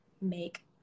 make